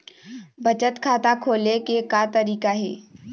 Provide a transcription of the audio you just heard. बचत खाता खोले के का तरीका हे?